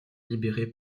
libérée